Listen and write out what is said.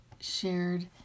shared